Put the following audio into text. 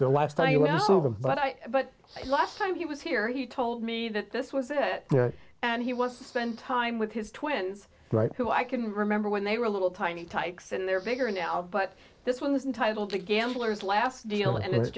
the lifestyle was over but i but last time he was here he told me that this was it and he wants to spend time with his twins right who i can remember when they were little tiny tykes and they're bigger now but this one was entitle to gamblers last deal and it